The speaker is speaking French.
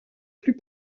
plus